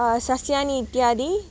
सस्यानि इत्यादि